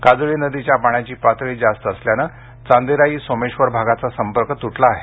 काजळी नदीच्या पाण्याची पातळी जास्त असल्यानं चांदेराई सोमेश्वर भागाचा संपर्क तुटला आहे